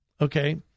okay